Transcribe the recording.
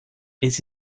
eles